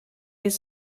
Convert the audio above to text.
his